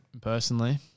personally